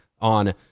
on